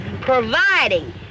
Providing